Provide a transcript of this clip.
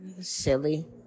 Silly